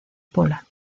pola